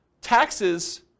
taxes